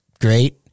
great